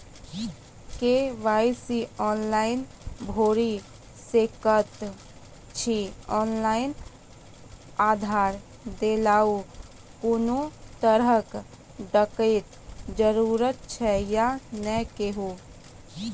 KYC online भैरि सकैत छी, ऑनलाइन आधार देलासॅ कुनू तरहक डरैक जरूरत छै या नै कहू?